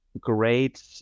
great